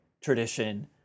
tradition